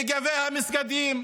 לגבי המסגדים,